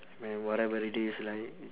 man whatever it is like